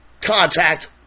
contact